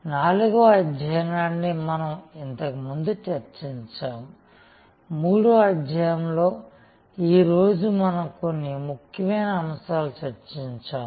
4వ అధ్యాయనాన్ని మనం ఇంతకుముందు చర్చించాము 3 వ అధ్యాయం లో ఈ రోజు మనం కొన్ని ముఖ్య అంశాలు చర్చించాము